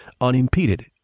unimpeded